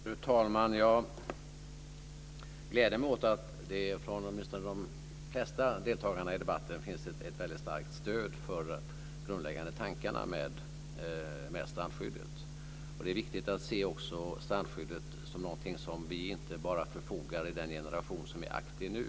Fru talman! Jag gläder mig åt att det åtminstone från de flesta deltagarna i debatten finns ett väldigt starkt stöd för de grundläggande tankarna med strandskyddet. Det är viktigt att också se strandskyddet som något som vi inte bara förfogar över i den generation som är aktiv nu.